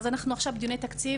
אז אנחנו עכשיו בדיוני תקציב.